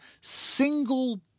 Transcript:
single